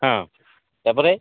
ହଁ ତା'ପରେ